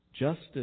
justice